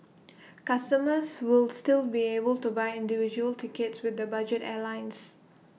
customers will still be able to buy individual tickets with the budget airlines